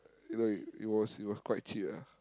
it know it was it was quite cheap ah